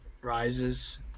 Rises